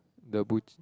the butch~